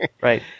Right